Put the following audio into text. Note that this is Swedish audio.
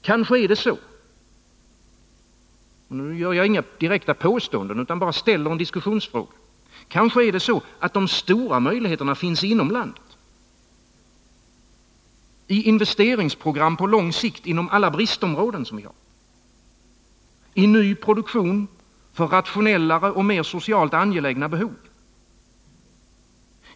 Kanske är det så — nu gör jag inga direkta påståenden utan ställer bara en diskussionsfråga — att de stora möjligheterna finns inom landet. I investeringsprogram på lång sikt inom alla bristområden. I ny produktion för rationellare och socialt mer angelägna behov.